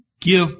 give